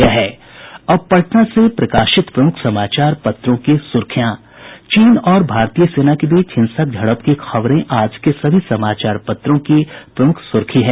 अब पटना से प्रकाशित प्रमुख समाचार पत्रों की सुर्खियां चीन और भारतीय सेना के बीच हिंसक झड़प की खबरें आज के सभी समाचार पत्रों की प्रमुख सुर्खी है